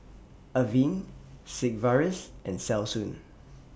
Avene Sigvaris and Selsun